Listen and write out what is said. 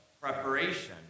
preparation